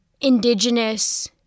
Indigenous